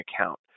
account